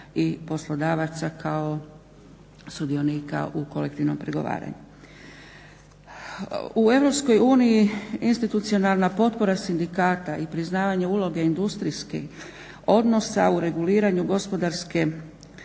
i poslodavaca kao sudionika u kolektivnom pregovaranju. U Europskoj uniji institucionalna potpora sindikata i priznavanje uloge industrijskih odnosa u reguliranju gospodarske